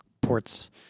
ports